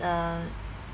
uh